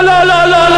לא, לא, לא,